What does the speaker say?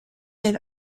had